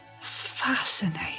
Fascinating